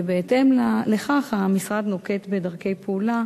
ובהתאם לכך המשרד נוקט דרכי פעולה